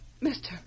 Mister